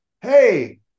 Hey